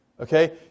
okay